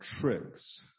tricks